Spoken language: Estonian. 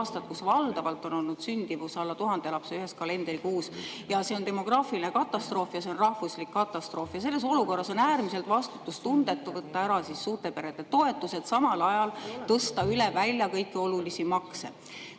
See on demograafiline katastroof ja see on rahvuslik katastroof. Ja selles olukorras on äärmiselt vastutustundetu võtta ära suurte perede toetused, samal ajal tõsta üle välja kõiki olulisi makse.